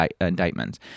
indictments